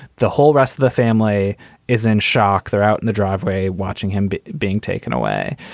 the whole rest of the family is in shock. they're out in the driveway watching him being taken away.